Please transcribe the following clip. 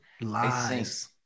Lies